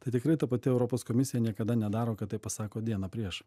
tai tikrai ta pati europos komisija niekada nedaro kad taip pasako dieną prieš